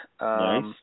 Nice